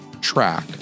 track